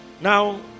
Now